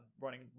running